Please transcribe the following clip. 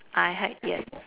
I had yes